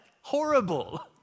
horrible